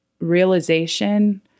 realization